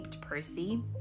Percy